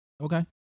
Okay